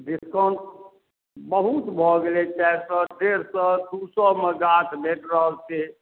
discount बहुत भऽ गेलै चारि सए डेढ़ सए दू सए मे गाछ भेट रहल छै